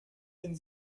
den